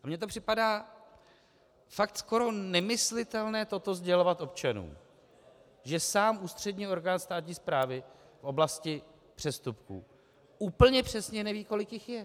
Mně to připadá fakt skoro nemyslitelné, toto sdělovat občanům, že sám ústřední orgán státní správy v oblasti přestupků úplně neví, kolik jich je.